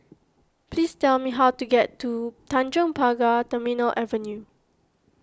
please tell me how to get to Tanjong Pagar Terminal Avenue